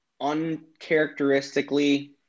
uncharacteristically